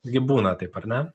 gi būna taip ar ne